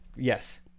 Yes